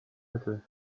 mittel